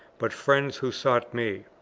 but friends who sought me.